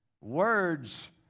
Words